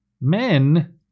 men